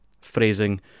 phrasing